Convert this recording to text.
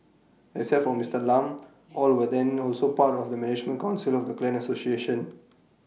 except for Mister Lam all were then also part of the management Council of the clan association